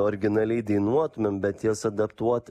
originaliai dainuotumėm bet jas adaptuot